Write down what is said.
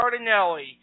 Cardinelli